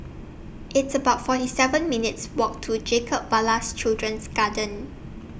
It's about forty seven minutes' Walk to Jacob Ballas Children's Garden